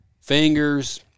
fingers